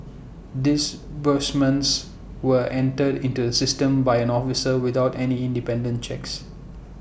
disbursements were entered into the system by an officer without any independent checks